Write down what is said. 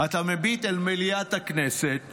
אתה מביט אל מליאת הכנסת ומחייך,